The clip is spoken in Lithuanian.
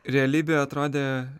realybėj atrodė